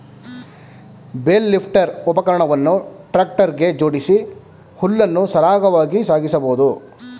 bale lifter ಉಪಕರಣವನ್ನು tractor ಗೆ ಜೋಡಿಸಿ ಹುಲ್ಲನ್ನು ಸರಾಗವಾಗಿ ಸಾಗಿಸಬೋದು